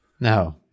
No